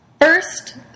First